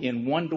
in one to